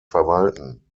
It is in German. verwalten